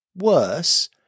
Worse